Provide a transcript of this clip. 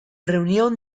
reunión